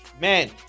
man